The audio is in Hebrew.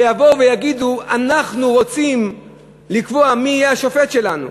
ויבואו ויגידו: אנחנו רוצים לקבוע מי יהיה השופט שלנו.